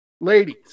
ladies